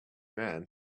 man